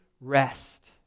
rest